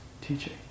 teaching